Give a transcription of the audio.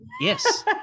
Yes